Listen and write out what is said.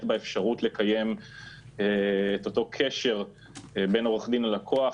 באפשרות לקיים את אותו קשר בין עורך דין ללקוח,